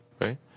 right